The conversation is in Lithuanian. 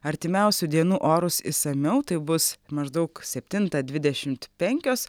artimiausių dienų orus išsamiau tai bus maždaug septintą dvidešimt penkios